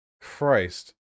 Christ